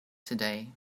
today